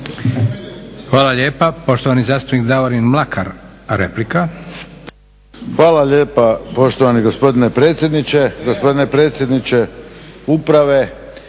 Hvala lijepa. Poštovani zastupnik Davorin Mlakar, replika. **Mlakar, Davorin (HDZ)** Hvala lijepa poštovani gospodine predsjedniče. Gospodine predsjedniče uprave